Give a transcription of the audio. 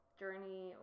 journey